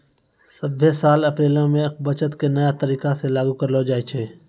सभ्भे साल अप्रैलो मे बजट के नया तरीका से लागू करलो जाय छै